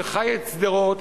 שחי את שדרות,